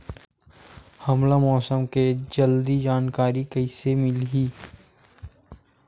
हमला मौसम के जल्दी जानकारी कइसे मिलही?